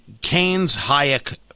Keynes-Hayek